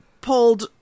pulled